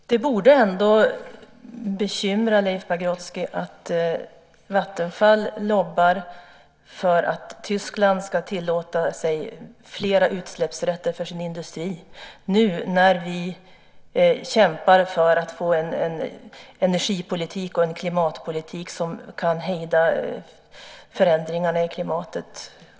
Fru talman! Det borde ändå bekymra Leif Pagrotsky att Vattenfall lobbar för att Tyskland ska tillåta sig fler utsläppsrätter för sin industri nu när vi kämpar för att få en energipolitik och en klimatpolitik som kan hejda förändringarna i klimatet.